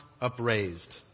upraised